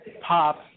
Pop